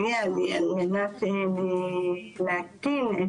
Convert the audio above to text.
על מנת להטיל את